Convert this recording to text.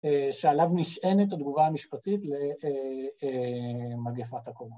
שעליו נשענת התגובה המשפטית למגפת הקורונה.